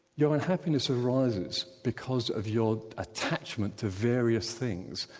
your unhappiness arises because of your attachment to various things,